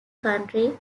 county